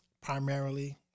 primarily